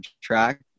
track